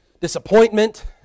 disappointment